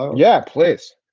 yeah. place.